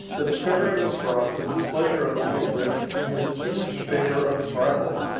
the discovery of his fraud, the displeasure of the empress, and the distinguished favor of his rival,